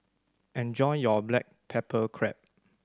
enjoy your black pepper crab